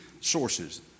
sources